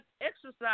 exercise